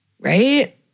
Right